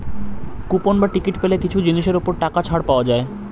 coupon বা ticket পেলে কিছু জিনিসের ওপর টাকা ছাড় পাওয়া যায়